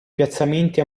piazzamenti